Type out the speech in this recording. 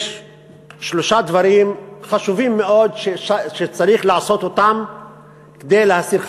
יש שלושה דברים חשובים מאוד שצריך לעשות כדי להסיר חסמים: